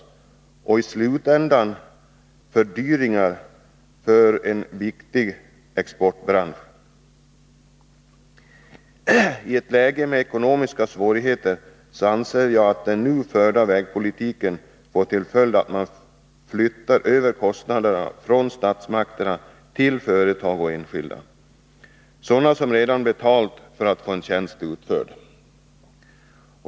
Det medför i slutänden fördyringar för en viktig exportbransch. I ett läge med ekonomiska svårigheter får den nu förda vägpolitiken till följd att man flyttar över kostnaderna från statsmakterna till företag och enskilda, som redan betalat för att få en tjänst utförd.